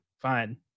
Fine